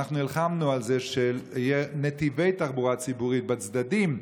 ואנחנו נלחמנו על זה שיהיו נתיבי תחבורה ציבורית בצדדים,